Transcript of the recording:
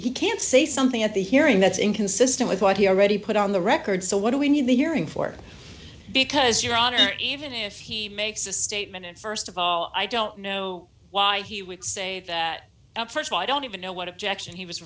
he can say something at the hearing that's inconsistent with what he already put on the record so what do we need the hearing for because your honor even if he makes a statement and st of all i don't know why he would say that st of all i don't even know what objection he was